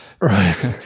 Right